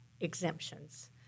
exemptions